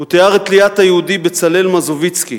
הוא תיאר את תליית היהודי בצלאל מזוביצקי,